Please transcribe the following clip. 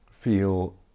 Feel